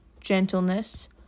gentleness